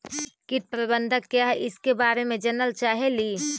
कीट प्रबनदक क्या है ईसके बारे मे जनल चाहेली?